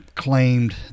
Claimed